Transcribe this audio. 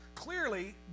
Clearly